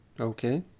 Okay